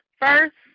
first